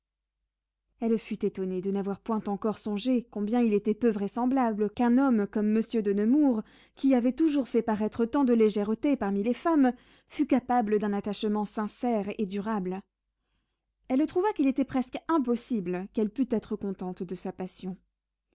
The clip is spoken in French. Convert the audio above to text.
elle fut étonnée de n'avoir point encore pensé combien il était peu vraisemblable qu'un homme comme monsieur de nemours qui avait toujours fait paraître tant de légèreté parmi les femmes fût capable d'un attachement sincère et durable elle trouva qu'il était presque impossible qu'elle pût être contente de sa passion